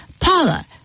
paula